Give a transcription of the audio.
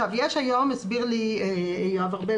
היום - הסביר לי יואב ארבל,